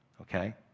Okay